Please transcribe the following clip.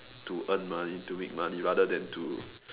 to earn money to make money rather than to